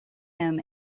him